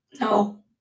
No